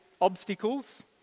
obstacles